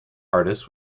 artists